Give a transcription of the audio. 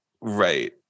Right